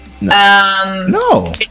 No